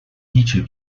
youtube